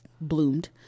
bloomed